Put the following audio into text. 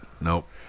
Nope